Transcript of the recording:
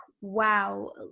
wow